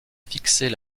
fixer